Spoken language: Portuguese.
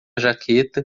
jaqueta